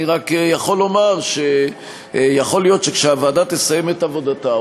אני רק יכול לומר שיכול להיות שכשהוועדה תסיים את עבודתה,